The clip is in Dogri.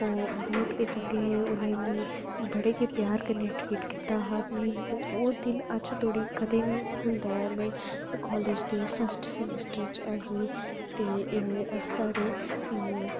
ओह् बहुत ही चंगे हे उनें मिगी बड़े गै प्यार कन्नै ट्रीट कीत्ता हा मिगी ओह् दिन अजें धोड़ी कदें नेई भूलदा ऐ अदूं में कालेज दे फर्स्ट समिस्टर च ऐ ही ते साढ़े